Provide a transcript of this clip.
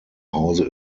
hause